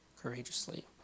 courageously